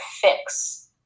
fix